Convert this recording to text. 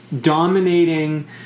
dominating